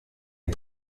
est